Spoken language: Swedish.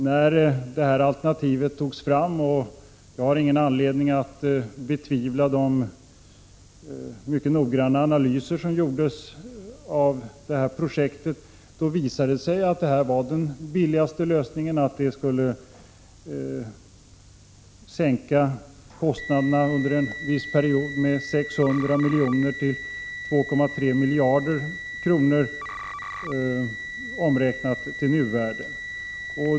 När detta alternativ togs fram visade det sig — och jag har ingen anledning att betvivla att mycket noggranna analyser gjordes av detta projekt — att det utgjorde den billigaste lösningen. Det skulle sänka kostnaderna under en viss period med mellan 600 miljoner och 2,3 miljarder kronor, omräknat till nuvärde.